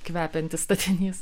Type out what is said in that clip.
kvepiantis statinys